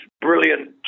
brilliant